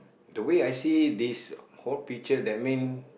the way I see this whole picture that mean